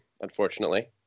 unfortunately